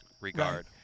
regard